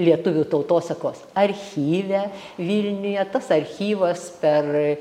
lietuvių tautosakos archyve vilniuje tas archyvas per